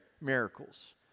miracles